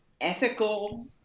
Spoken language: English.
ethical